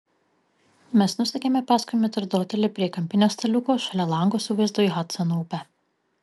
mes nusekėme paskui metrdotelį prie kampinio staliuko šalia lango su vaizdu į hadsono upę